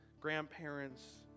grandparents